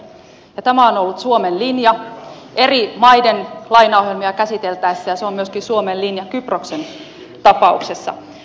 tämä on ollut suomen linja eri maiden lainaohjelmia käsiteltäessä ja se on myöskin suomen linja kyproksen tapauksessa